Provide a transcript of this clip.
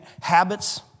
habits